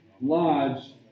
Lodge